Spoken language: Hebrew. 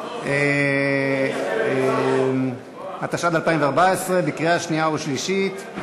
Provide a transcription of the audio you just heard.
(תיקון מס' 2), התשע"ד 2014, קריאה שנייה ושלישית.